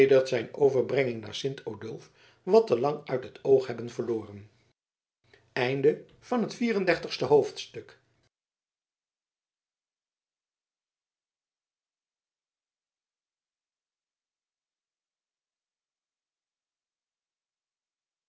zijn overbrenging naar sint odulf wat te lang uit het oog hebben verloren vijf en dertigste hoofdstuk